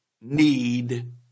need